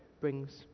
brings